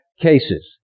cases